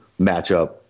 matchup